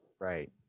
Right